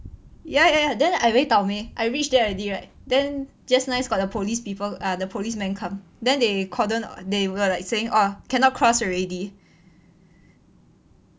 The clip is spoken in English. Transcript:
ya ya then I very 倒霉 I reach there already right then just nice got the police people ah the policeman come then they cordon of~ they were like saying oh cannot cross already